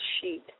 sheet